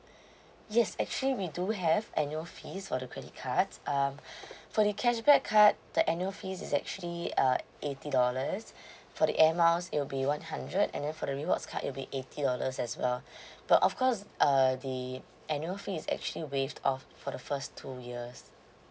yes actually we do have annual fees for the credit cards um for the cashback card the annual fees is actually uh eighty dollars for the air miles it will be one hundred and then for the rewards card it will be eighty dollars as well but of cause uh the annual fees is actually waived off for the first two years